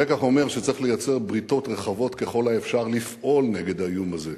הלקח אומר שצריך ליצור בריתות רחבות ככל האפשר לפעול נגד האיום הזה